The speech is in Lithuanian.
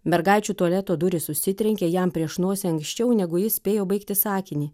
mergaičių tualeto durys užsitrenkė jam prieš nosį anksčiau negu ji spėjo baigti sakinį